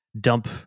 dump